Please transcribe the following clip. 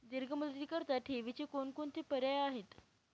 दीर्घ मुदतीकरीता ठेवीचे कोणकोणते पर्याय आहेत?